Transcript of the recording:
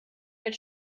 mit